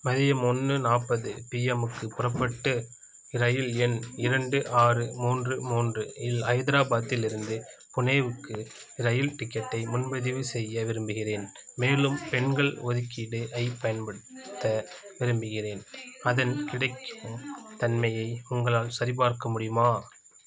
மதியம் ஒன்று நாற்பது பிஎம்முக்கு புறப்படும் இரயில் எண் இரண்டு ஆறு மூன்று மூன்று இல் ஹைதராபாத்திலிருந்து புனேவுக்கு இரயில் டிக்கெட்டை முன்பதிவு செய்ய விரும்புகிறேன் மேலும் பெண்கள் ஒதுக்கீடு ஐப் பயன்படுத்த விரும்புகிறேன் அதன் கிடைக்கும் தன்மையை உங்களால் சரிபார்க்க முடியுமா